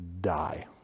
die